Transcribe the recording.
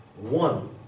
One